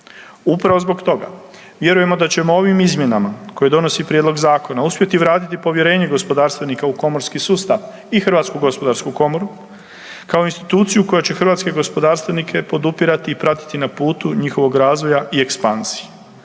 Upravo zbog toga vjerujemo da ćemo ovim izmjenama koje donosi prijedlog zakona uspjeti vratiti povjerenje gospodarstvenika u komorski sustav i HGK kao instituciju koja će hrvatske gospodarstvenike podupirati i pratiti na putu njihovog razvoja i ekspanzije.